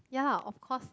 ya of course